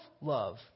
love